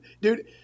Dude